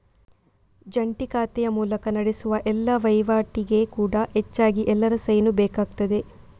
ಜಂಟಿ ಖಾತೆಯ ಮೂಲಕ ನಡೆಸುವ ಎಲ್ಲಾ ವೈವಾಟಿಗೆ ಕೂಡಾ ಹೆಚ್ಚಾಗಿ ಎಲ್ಲರ ಸೈನು ಬೇಕಾಗ್ತದೆ